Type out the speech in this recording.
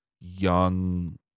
young